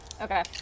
Okay